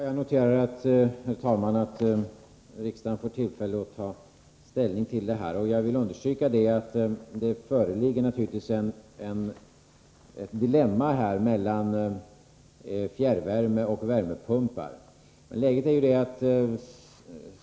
Herr talman! Jag noterar att riksdagen får tillfälle att ta ställning. Jag vill understryka att det naturligtvis föreligger ett dilemma när det gäller fjärrvärme och värmepumpar.